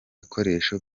bikoresho